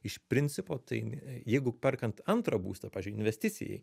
iš principo tai jeigu perkant antrą būstą investicijai